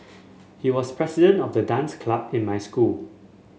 he was president of the dance club in my school